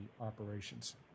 operations